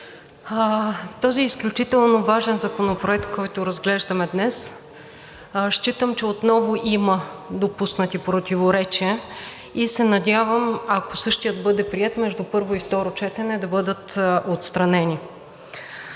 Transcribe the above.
този изключително важен Законопроект, който разглеждаме днес, считам, че отново има допуснати противоречия, и се надявам, ако същият бъде приет, между първо второ четене да бъдат отстранени.